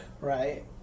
right